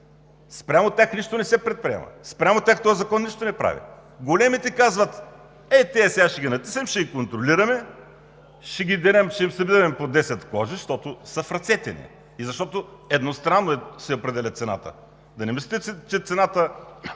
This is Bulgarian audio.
Спрямо тях нищо не се предприема, спрямо тях този закон нищо не прави. Големите казват: „Ето тези сега ще ги натиснем, ще ги контролираме, ще им събираме по десет кожи, защото са в ръцете ни“ и защото едностранно се определя цената. Да не мислите, че цената